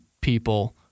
people